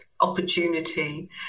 opportunity